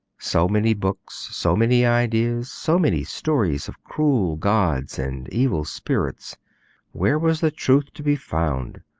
so many books, so many ideas, so many stories of cruel gods and evil spirits where was the truth to be found?